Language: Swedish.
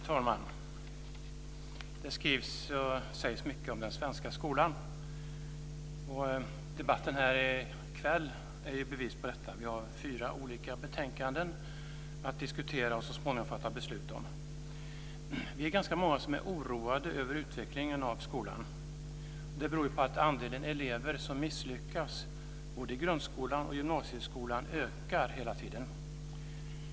Fru talman! Det skrivs och sägs mycket om den svenska skolan. Debatten här i kväll är bevis på detta. Vi har fyra olika betänkanden att diskutera och så småningom fatta beslut om. Vi är ganska många som är oroade över utvecklingen i skolan. Det beror på att andelen elever som misslyckas, både i grundskolan och i gymnasieskolan, hela tiden ökar.